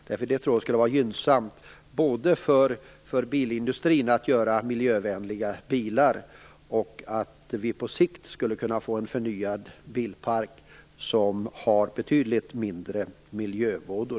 Jag tror att det skulle vara gynnsamt både för att bilindustrin skall kunna göra miljövänliga bilar och för att vi på sikt skall kunna få en förnyad bilpark med betydligt mindre miljövådor.